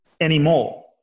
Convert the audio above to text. anymore